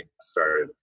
started